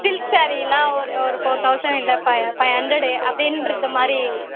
silk சாரீயெல்லாம் ஒரு ஒரு ஃபோர் தௌசண்ட் இல்லை ஃபை ஃபை ஹண்ட்ரடு அப்படின்றது மாதிரி